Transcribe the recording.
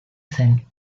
zen